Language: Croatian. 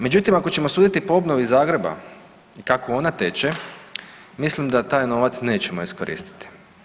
Međutim ako ćemo suditi po obnovi Zagreba kako ona teče mislim da taj novac nećemo iskoristiti.